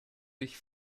dich